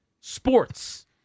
sports